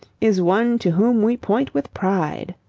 is one to whom we point with pride.